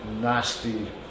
nasty